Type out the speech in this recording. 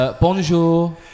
Bonjour